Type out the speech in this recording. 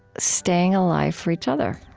staying alive for each other.